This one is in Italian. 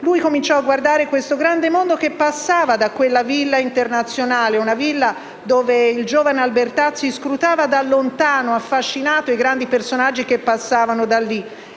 cominciò ad osservare il grande mondo che passava da quella villa internazionale; una villa dove il giovane Albertazzi scrutava da lontano, affascinato, i grandi personaggi che vi passavano.